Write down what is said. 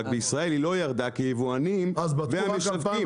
רק בישראל היא לא ירדה כי יבואנים -- אז בדקו רק 2014?